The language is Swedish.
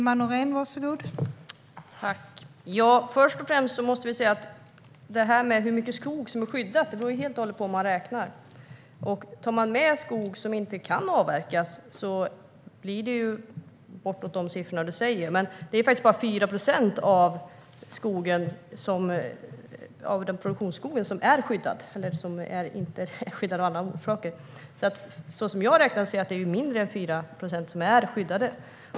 Fru talman! Först och främst när det gäller hur mycket skog som är skyddad beror det helt och hållet på hur man räknar. Tar man med skog som inte kan avverkas blir det bortåt de siffror du säger. Men det är bara 4 procent av produktionsskogen som är skyddad, eller av andra orsaker är skyddad. Som jag räknar är det mindre än 4 procent som är skyddad.